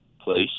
place